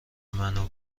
منو